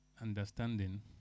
understanding